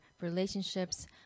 relationships